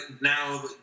now